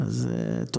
חברים,